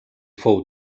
fou